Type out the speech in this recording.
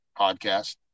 podcast